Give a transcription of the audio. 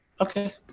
Okay